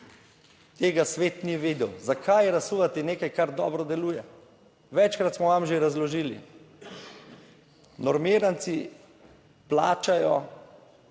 Tega svet ni vedel. Zakaj razsuvati nekaj, kar dobro deluje? Večkrat smo vam že razložili, normiranci plačajo